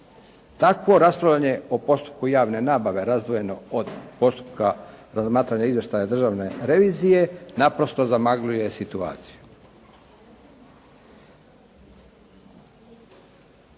Takvo raspravljanje o postupku javne nabave razdvojeno od postupka razmatranja izvještaja Državne revizije naprosto zamagljuje situaciju.